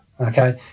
okay